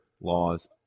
laws